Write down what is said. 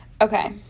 Okay